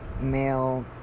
male